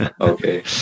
Okay